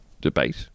debate